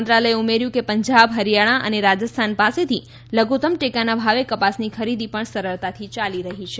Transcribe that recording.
મંત્રાલયે ઉમેર્યું કે પંજાબ હરિયાણા અને રાજસ્થાન પાસેથી લઘુત્તમ ટેકાના ભાવે કપાસની ખરીદી પણ સરળતાથી યાલી રહી છે